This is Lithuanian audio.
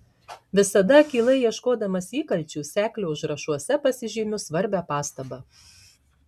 visada akylai ieškodamas įkalčių seklio užrašuose pasižymiu svarbią pastabą